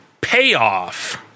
Payoff